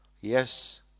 Yes